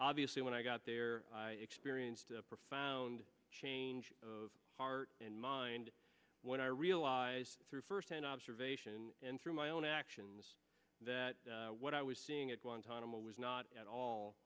obviously when i got there i experienced a profound change of heart and mind when i realized through first hand observation and through my own actions that what i was seeing at one time a was not at all